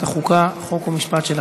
אנחנו,